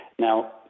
Now